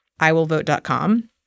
iwillvote.com